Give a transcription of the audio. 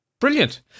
Brilliant